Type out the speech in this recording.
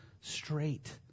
straight